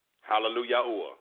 Hallelujah